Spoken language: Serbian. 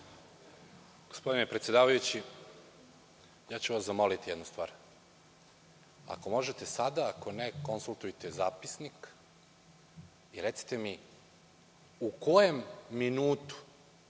Gospodine predsedavajući, ja ću vas zamoliti jednu stvar, ako možete sada, ako ne, konsultujte zapisnik i recite mi u kojem minutu